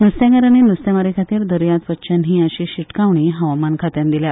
नुस्तेमारांनी नुस्ते मारपा खातीर दर्यांत वच्चें न्हय अशी शिटकावणी हवामान खात्यान दिल्या